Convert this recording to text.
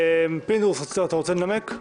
חבר הכנסת יצחק פינדרוס, אתה רוצה לנמק?